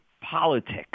politics